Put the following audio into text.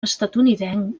estatunidenc